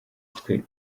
twe